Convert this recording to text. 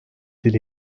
dil